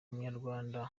umunyarwanda